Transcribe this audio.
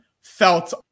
felt